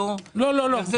איך זה